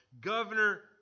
governor